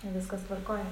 viskas tvarkoj